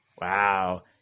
Wow